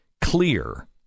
clear